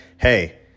hey